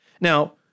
Now